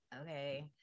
Okay